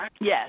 Yes